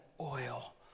oil